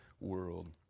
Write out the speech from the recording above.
world